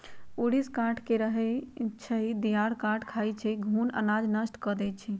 ऊरीस काठमे रहै छइ, दियार काठ खाई छइ, घुन अनाज नष्ट कऽ देइ छइ